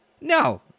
No